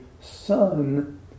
son